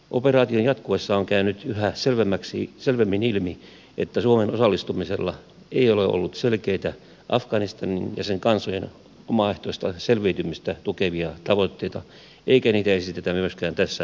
operaation jatkuessa on käynyt yhä selvemmin ilmi että suomen osallistumisella ei ole ollut selkeitä afganistanin ja sen kansojen omaehtoista selviytymistä tukevia tavoitteita eikä niitä esitetä myöskään tässä selonteossa